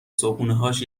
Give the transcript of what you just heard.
صبحونههاش